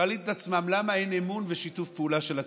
שואלים את עצמכם: למה אין אמון ושיתוף פעולה של הציבור?